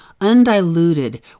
undiluted